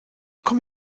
komme